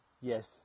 Yes